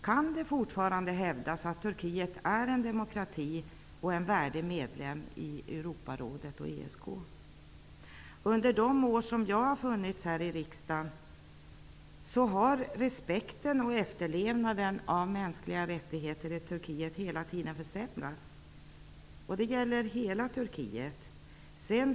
Kan det fortfarande hävdas att Turkiet är en demokrati och en värdig medlem i Europarådet och ESK? Under de år som jag har varit här i riksdagen har respekten för och efterlevnaden av mänskliga rättigheter i Turkiet hela tiden försämrats. Det gäller hela Turkiet.